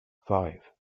five